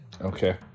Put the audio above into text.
Okay